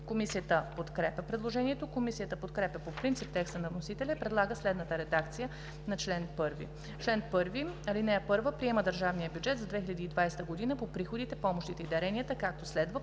Комисията подкрепя предложението. Комисията подкрепя по принцип текста на вносителя и предлага следната редакция на чл. 1: „Чл. 1. (1) Приема държавния бюджет за 2020 г. по приходите, помощите и даренията, както следва